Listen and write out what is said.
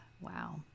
Wow